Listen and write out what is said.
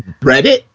reddit